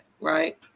right